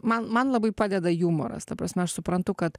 man man labai padeda jumoras ta prasme aš suprantu kad